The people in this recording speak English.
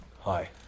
Hi